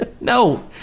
No